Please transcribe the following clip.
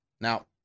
Now